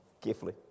carefully